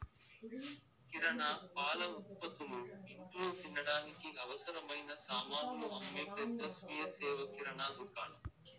కిరణా, పాల ఉత్పతులు, ఇంట్లో తినడానికి అవసరమైన సామానులు అమ్మే పెద్ద స్వీయ సేవ కిరణా దుకాణం